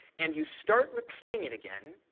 and you start repeating it again,